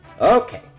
Okay